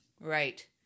Right